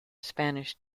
spanish